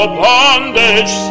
bondage